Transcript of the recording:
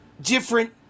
different